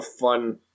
fun